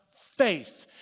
faith